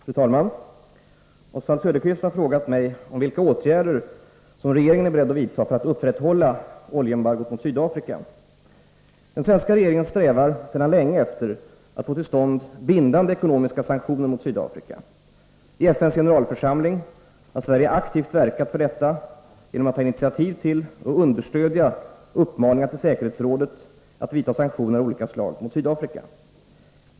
Fru talman! Oswald Söderqvist har frågat mig om vilka åtgärder regeringen är beredd att vidta för att upprätthålla oljeembargot mot Sydafrika. Den svenska regeringen strävar sedan länge efter att få till stånd bindande ekonomiska sanktioner mot Sydafrika. I FN:s generalförsamling har Sverige aktivt verkat för detta genom att ta initiativ till och understödja uppmaningar till säkerhetsrådet att vidta sanktioner av olika slag mot Sydafrika.